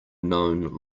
known